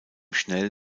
schnell